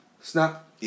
Snap